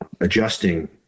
adjusting